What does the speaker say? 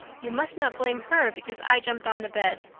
you must not blame her because i jumped on the bed.